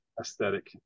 aesthetic